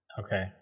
Okay